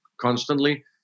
constantly